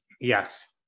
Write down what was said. yes